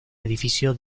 edificio